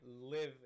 live